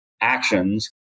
actions